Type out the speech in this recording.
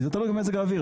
כי זה תלוי במזג האוויר.